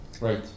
Right